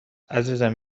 عزیزم